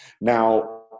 Now